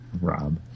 Rob